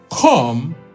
come